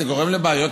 זה גורם לבעיות,